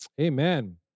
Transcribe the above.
amen